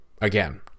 again